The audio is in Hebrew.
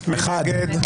מי נגד?